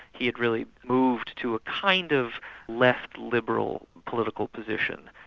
he had really moved to a kind of left liberal political position.